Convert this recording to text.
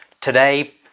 today